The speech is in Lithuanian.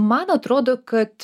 man atrodo kad